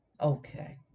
okay